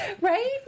Right